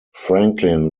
franklin